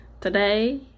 Today